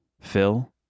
Phil